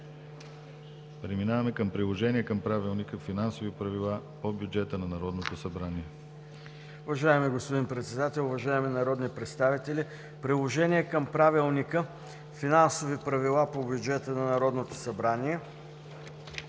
Преминаваме към Приложение към правилника „Финансови правила по бюджета на Народното събрание“. ДОКЛАДЧИК ДАНАИЛ КИРИЛОВ: Уважаеми господин председател, уважаеми народни представители! Приложение към Правилника „Финансови правила по бюджета на Народното събрание“.